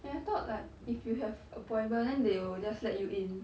eh I thought like if you have appointment then they will just let you in